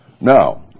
Now